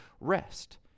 rest